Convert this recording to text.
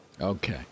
Okay